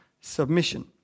submission